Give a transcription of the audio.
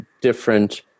different